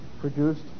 Produced